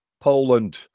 Poland